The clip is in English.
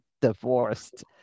divorced